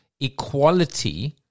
equality